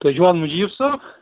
تُہۍ چھُوا مُجیٖب صٲب